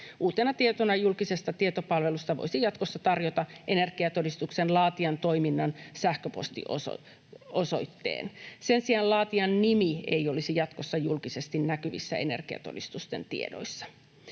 Uutena tietona julkisesta tietopalvelusta voisi jatkossa tarjota energiatodistuksen laatijan toiminnan sähköpostiosoitteen. Sen sijaan laatijan nimi ei olisi jatkossa julkisesti näkyvissä energiatodistusten tiedoissa.